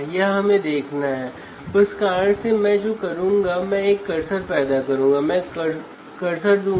इसका पता खुद लगाएँ